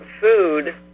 food